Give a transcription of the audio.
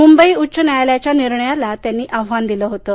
मुंबई उच्च न्यायालयाच्या निर्णयाला त्यांनी आव्हान दिलं होतं